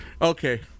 Okay